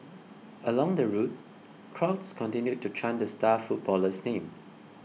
along the route crowds continued to chant the star footballer's name